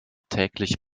täglich